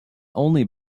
only